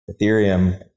Ethereum